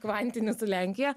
kvantinį su lenkija